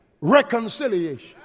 reconciliation